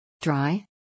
Dry